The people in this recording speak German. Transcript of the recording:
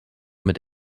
mit